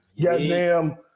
Goddamn